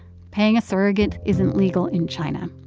paying a surrogate isn't legal in china.